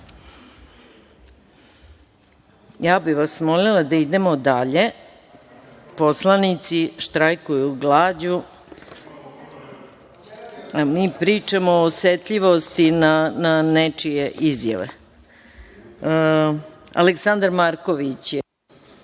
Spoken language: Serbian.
bih vas molila da idemo dalje. Poslanici štrajkuju glađu a mi pričamo o osetljivosti na nečije izjave. Reč ima Aleksandar Marković.